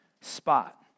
spot